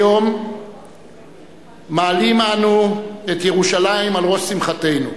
היום מעלים אנו את ירושלים על ראש שמחתנו.